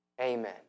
amen